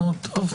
נו, טוב.